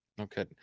Okay